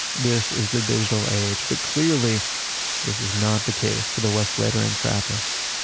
this is the digital age, but clearly this is not the case for the westvletern trappists.